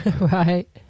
Right